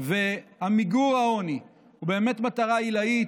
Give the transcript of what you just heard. ומיגור העוני הוא באמת מטרה עילאית,